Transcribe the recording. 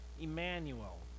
Emmanuel